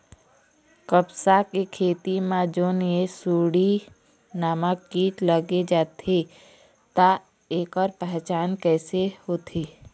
कपास के खेती मा जोन ये सुंडी नामक कीट लग जाथे ता ऐकर पहचान कैसे होथे?